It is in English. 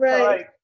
Right